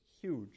huge